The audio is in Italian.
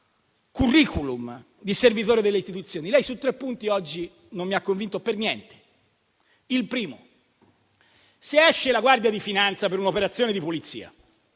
*curriculum* di servitore delle istituzioni. Lei su tre punti oggi non mi ha convinto per niente. Il primo punto è che, se esce la Guardia di finanza per un'operazione di polizia,